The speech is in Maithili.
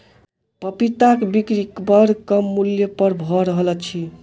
पपीताक बिक्री बड़ कम मूल्य पर भ रहल अछि